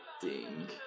ding